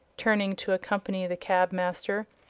turning to accompany the cab-master,